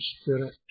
spirit